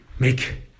make